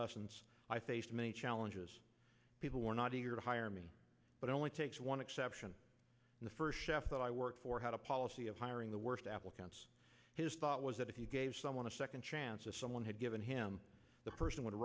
adolescence i faced many challenges people were not eager to hire me but only takes one exception in the first half that i worked for had a policy of hiring the worst applicants his thought was that if you gave someone a second chances someone had given him the person would